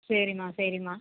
சரிம்மா சரிம்மா